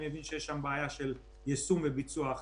מבין שיש שם בעיה של יישום וביצוע ההחלטה.